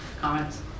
comments